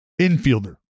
infielder